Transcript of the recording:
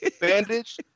bandage